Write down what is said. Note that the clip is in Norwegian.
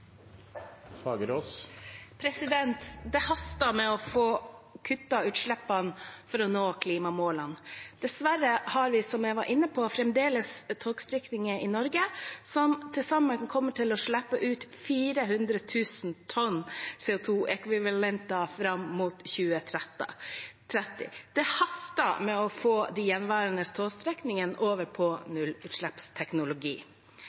Det haster med å få kuttet utslippene for å nå klimamålene. Dessverre har vi, som jeg var inne på, fremdeles togstrekninger i Norge som til sammen kommer til å slippe ut 400 000 tonn CO 2 -ekvivalenter fram mot 2030. Det haster med å få de gjenværende togstrekningene over på